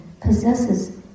possesses